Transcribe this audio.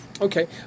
Okay